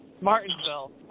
Martinsville